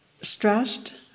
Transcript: stressed